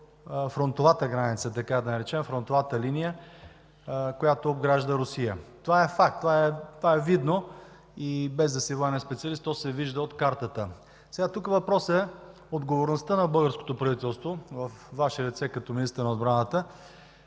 отговорността на българското правителство във Ваше лице като министър на отбраната,